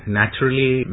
naturally